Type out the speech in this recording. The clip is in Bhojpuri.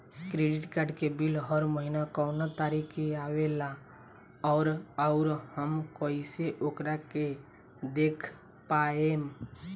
क्रेडिट कार्ड के बिल हर महीना कौना तारीक के आवेला और आउर हम कइसे ओकरा के देख पाएम?